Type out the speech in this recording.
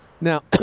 Now